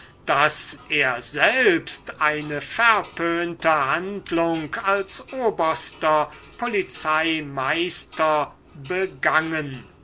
daß er selbst eine verpönte handlung als oberster polizeimeister begangen